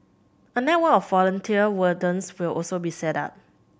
a network of volunteer wardens will also be set up